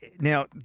now